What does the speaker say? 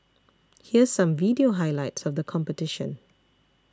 here's some video highlights of the competition